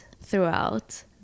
throughout